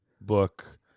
book